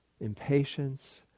impatience